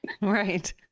Right